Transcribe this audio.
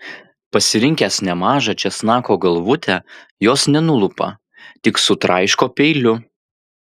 pasirinkęs nemažą česnako galvutę jos nenulupa tik sutraiško peiliu